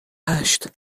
هشت